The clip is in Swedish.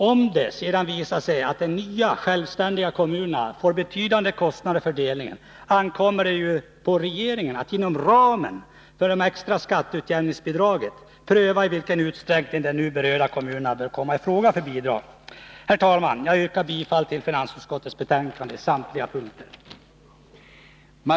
Om det sedan visar sig att de nya, självständiga kommunerna får betydande kostnader för delningen, ankommer det på regeringen att inom ramen för det extra skatteutjämningsbidraget pröva i vilken utsträckning de nu berörda kommunerna bör komma i fråga för bidrag. Herr talman, jag yrkar bifall till hemställan i finansutskottets betänkande på samtliga punkter.